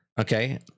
okay